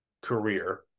career